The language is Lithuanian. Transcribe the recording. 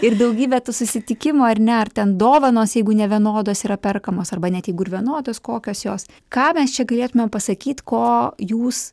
ir daugybė tų susitikimų ar ne ar ten dovanos jeigu nevienodos yra perkamos arba net jeigu ir vienodos kokios jos ką mes čia galėtumėm pasakyt ko jūs